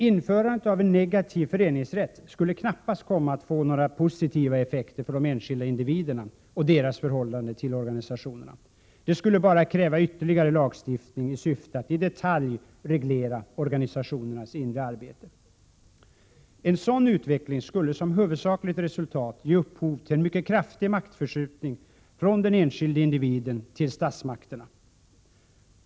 Införandet av en negativ föreningsrätt skulle knappast komma att få några positiva effekter för de enskilda individerna och deras förhållande till organisationerna. Det skulle bara kräva ytterligare lagstiftning i syfte att i detalj reglera organisationernas inre arbete. En sådan utveckling skulle som huvudsakligt resultat ge upphov till en mycket kraftig maktförskjutning från den enskilde individen till statsmakterna.